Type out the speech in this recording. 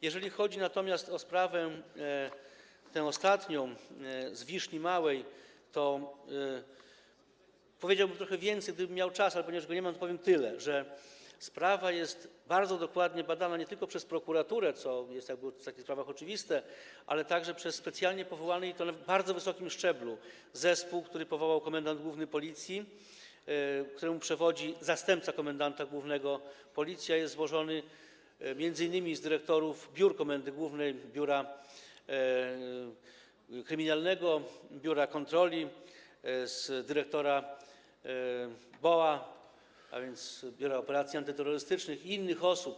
Jeżeli chodzi natomiast o tę ostatnią sprawę, z Wiszni Małej, to powiedziałbym trochę więcej, gdybym miał czas, ale ponieważ go nie mam, to powiem tyle, że sprawa jest bardzo dokładnie badana nie tylko przez prokuraturę, co jest w takich sprawach oczywiste, ale także przez specjalnie powołany zespół, i to na bardzo wysokim szczeblu, który powołał komendant główny Policji, któremu przewodzi zastępca komendanta głównego Policji, a jest złożony m.in. z dyrektorów biur komendy głównej: Biura Kryminalnego, Biura Kontroli, BOA, a więc Biura Operacji Antyterrorystycznych, i innych osób.